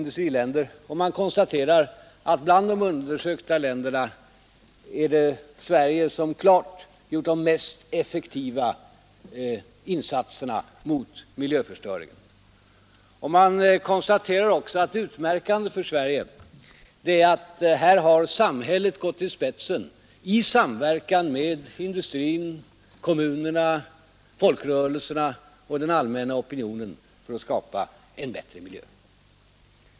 Där konstateras att bland de undersökta länderna har Sverige klart gjort de mest effektiva insatserna mot miljöförstöringen. Det konstateras också att det utmärkande för Sverige är att här har samhället gått i spetsen för miljövårdsarbetet i samverkan med industrin, folkrörelserna och den allmänna opinionen för att skapa en bättre miljö.